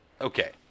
Okay